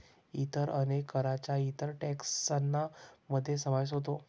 इतर अनेक करांचा इतर टेक्सान मध्ये समावेश होतो